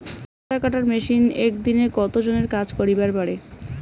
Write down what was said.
চা পাতা কাটার মেশিন এক দিনে কতজন এর কাজ করিবার পারে?